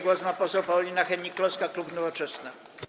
Głos ma poseł Paulina Hennig-Kloska, klub Nowoczesna.